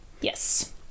Yes